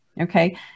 okay